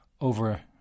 over